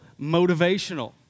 motivational